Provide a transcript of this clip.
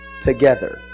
together